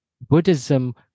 Buddhism